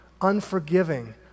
unforgiving